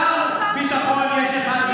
מה הבעיה של שר האוצר, מירר להם את החיים.